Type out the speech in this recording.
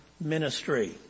ministry